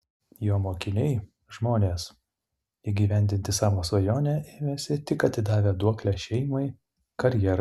jo mokiniai žmonės įgyvendinti savo svajonę ėmęsi tik atidavę duoklę šeimai karjerai